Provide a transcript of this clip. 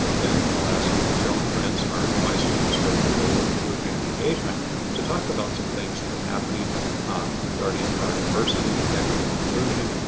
then i'll ask joan prince, our vice chancellor for global inclusion and engagement to talk about some things that are happening regarding our diversity, equity and inclusion,